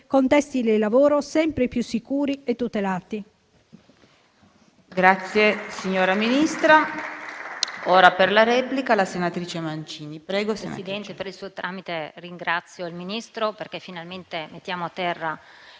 contesti del lavoro sempre più sicuri e tutelati.